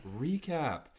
Recap